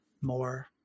more